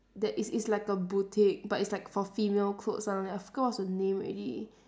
that it's it's like a boutique but it's like for female clothes [one] wait I forgot what's the name already